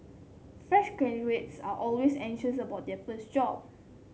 fresh graduates are always anxious about their first job